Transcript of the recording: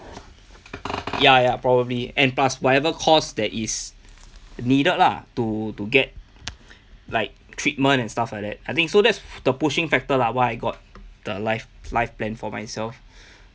ya ya probably and plus whatever course there is needed lah to to get like treatment and stuff like that I think so that's the pushing factor lah why I got the life life plan for myself